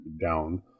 down